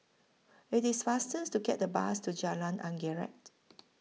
IT IS faster to get The Bus to Jalan Anggerek